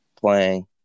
playing